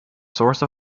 source